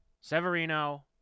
Severino